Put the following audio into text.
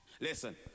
Listen